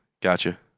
gotcha